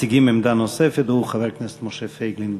עמדה נוספת הוא חבר הכנסת משה פייגלין.